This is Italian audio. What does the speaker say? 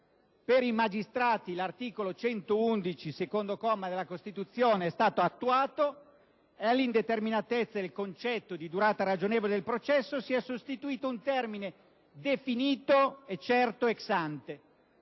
Per i magistrati il secondo comma dell'articolo 111 della Costituzione è stato attuato e all'indeterminatezza del concetto di durata ragionevole del processo si è sostituito un termine definito e certo *ex ante;*